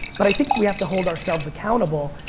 but i think we have to hold ourselves accountable.